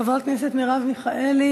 חברת הכנסת מרב מיכאלי